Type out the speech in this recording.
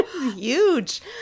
Huge